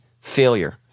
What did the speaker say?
failure